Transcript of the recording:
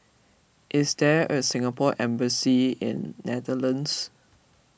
is there a Singapore Embassy in Netherlands